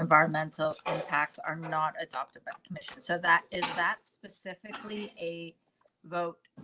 environmental impacts are not adopted but commission. so that is that specifically a vote?